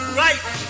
right